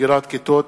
סגירת כיתות